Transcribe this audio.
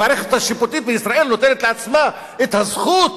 המערכת השיפוטית בישראל נותנת לעצמה את הזכות